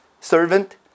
servant